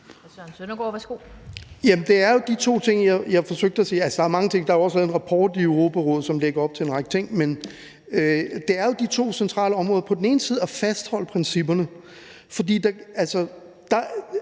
der er mange ting, og der er jo også lavet en rapport i Europarådet, som lægger op til en række ting, men det er jo de to centrale områder. Det ene er at fastholde principperne,